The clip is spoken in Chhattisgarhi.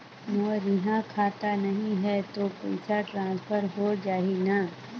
मोर इहां खाता नहीं है तो पइसा ट्रांसफर हो जाही न?